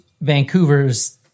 Vancouver's